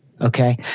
okay